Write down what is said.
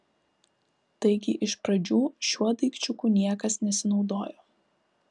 taigi iš pradžių šiuo daikčiuku niekas nesinaudojo